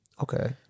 okay